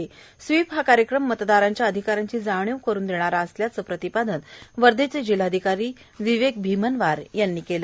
तसेच स्वीप हा कार्यक्रम मतदारांच्या अधिकाराची जाणीव करुन देणारा कार्यक्रम असल्याचे प्रतिपादन वध्याच्या जिल्हाधिकारी विवेक भीमनवार यांनी केले